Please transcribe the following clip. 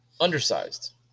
undersized